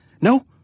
No